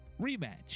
rematch